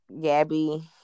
Gabby